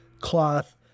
cloth